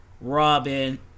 Robin